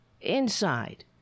inside